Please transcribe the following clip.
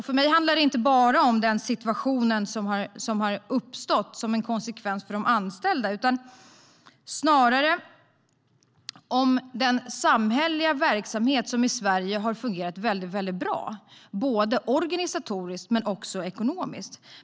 För mig handlar det inte bara om den situation som har uppstått som en konsekvens för de anställda, utan snarare om den samhälleliga verksamhet som i Sverige har fungerat väldigt bra både organisatoriskt och ekonomiskt.